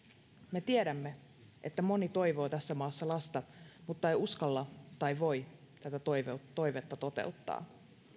me tiedämme että moni toivoo tässä maassa lasta mutta ei uskalla tai voi tätä toivetta toteuttaa